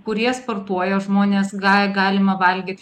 kurie sportuoja žmonės ga galima valgyt